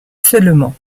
seulement